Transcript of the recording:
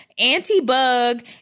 anti-bug